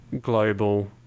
global